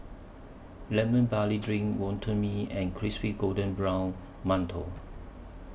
Lemon Barley Drink Wonton Mee and Crispy Golden Brown mantou